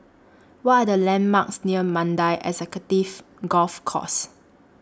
What Are The landmarks near Mandai Executive Golf Course